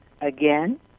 Again